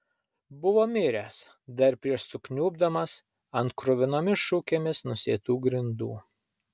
buvo miręs dar prieš sukniubdamas ant kruvinomis šukėmis nusėtų grindų